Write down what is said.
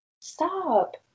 Stop